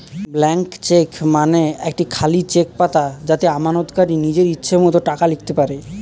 blank cheque মানে একটি খালি চেক পাতা যাতে আমানতকারী নিজের ইচ্ছে মতো টাকা লিখতে পারে